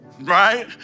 right